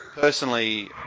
Personally